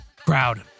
crowd